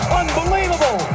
unbelievable